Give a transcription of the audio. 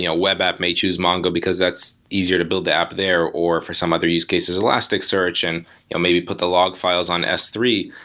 you know web app may choose mongo, because that's easier to build the app there, or for some other use elasticsearch and you know maybe put the log files on s three.